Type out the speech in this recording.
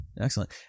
Excellent